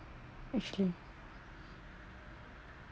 actually